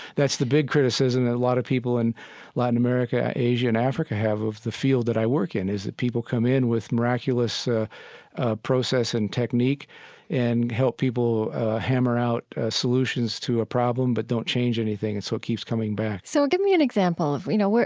that's the big criticism that a lot of people in latin america, asia and africa have of the field that i work in, is that people come in with miraculous ah ah process and technique and help people hammer out solutions to a problem, but don't change anything, and so it keeps coming back so give me an example of, you know,